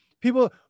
people